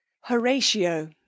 Horatio